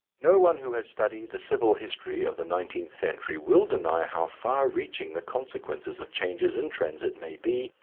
no one who has studied the civil history of the nineteenth century will deny how far-reaching the consequences of changes in transit may be,